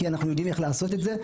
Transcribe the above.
כי אנחנו יודעים איך לעשות את זה,